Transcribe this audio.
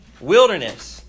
Wilderness